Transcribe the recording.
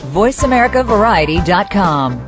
voiceamericavariety.com